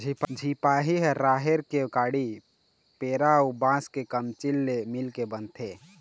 झिपारी ह राहेर के काड़ी, पेरा अउ बांस के कमचील ले मिलके बनथे